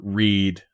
read